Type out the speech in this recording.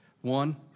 One